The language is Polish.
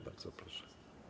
Bardzo proszę.